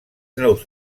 nous